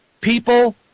people